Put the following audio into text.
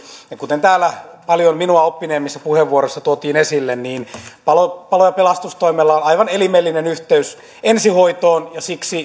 kuten täällä paljon minua oppineemmissa puheenvuoroissa tuotiin esille palo palo ja pelastustoimella on aivan elimellinen yhteys ensihoitoon ja siksi